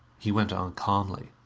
he went on calmly.